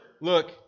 Look